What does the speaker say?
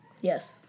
Yes